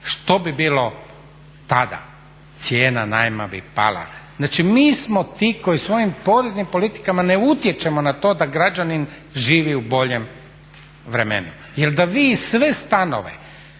Što bi bilo tada? Cijena najma bi pala. Znači mi smo ti koji svojim poreznim politikama ne utječemo na to da građanin živi u boljem vremenu. Jer da vi sve stanove